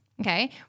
Okay